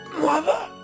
mother